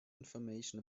information